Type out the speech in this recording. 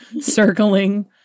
circling